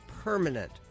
permanent